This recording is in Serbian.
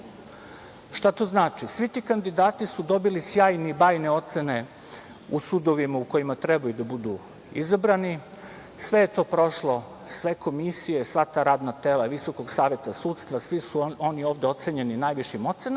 to znači? Svi ti kandidati su dobili sjajne i bajne ocene u sudovima u kojima trebaju da budu izabrani, sve je to prošlo, sve komisije, sva ta radna tela Visokog saveta sudstva, svi su oni ovde ocenjeni najvišim ocenama,